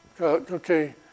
Okay